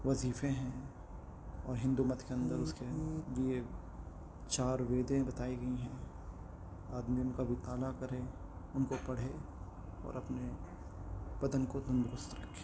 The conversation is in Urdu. وظیفہ ہیں اور ہندو مت کے اندر اس کے لیے چار ویدیں بتائی گئی ہیں آدمی ان کا مطالعہ کرے ان کو پڑھے اور اپنے پدن کو تندرست رکھے